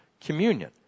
communion